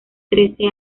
trece